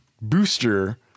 booster